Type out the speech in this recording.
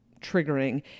triggering